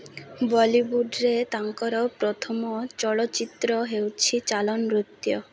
ବଲିଉଡ଼ରେ ତାଙ୍କର ପ୍ରଥମ ଚଳଚ୍ଚିତ୍ର ହେଉଛି ଚାଲନ ନୃତ୍ୟ